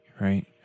right